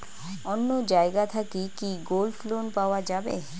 অন্য জায়গা থাকি কি গোল্ড লোন পাওয়া যাবে?